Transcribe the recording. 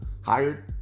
hired